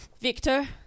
victor